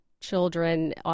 children